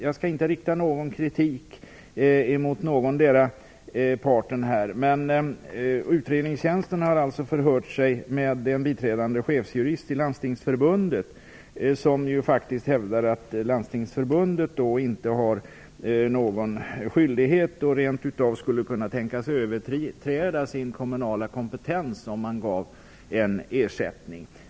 Jag skall inte rikta någon kritik emot någondera parten, men utredningstjänsten har förhört sig med en biträdande chefsjurist i Landstingsförbundet, som faktiskt hävdar att landstingen inte har skyldighet att ge ersättning och rent av skulle kunna tänkas överträda sin kommunala kompetens om de gav en sådan.